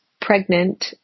pregnant